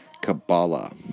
Kabbalah